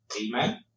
Amen